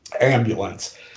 ambulance